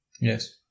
yes